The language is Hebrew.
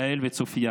תהל וצופיה